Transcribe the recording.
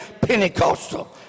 pentecostal